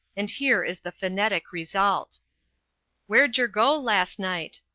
and here is the phonetic result warejergo lasnight?